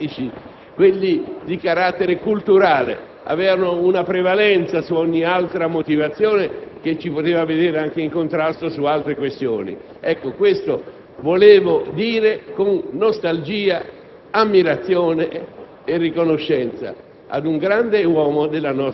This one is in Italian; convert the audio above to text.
esperienza, nella quale gli aspetti magistrali, oltre che politici e di carattere culturale, avevano una prevalenza su ogni altra motivazione che ci poteva vedere anche in contrasto. Questo volevo rappresentare, con nostalgia,